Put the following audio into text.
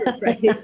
right